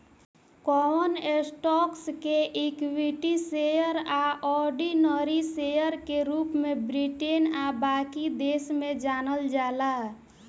कवन स्टॉक्स के equity share आ ऑर्डिनरी शेयर के रूप में ब्रिटेन आ बाकी देश में जानल जाला